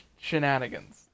shenanigans